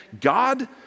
God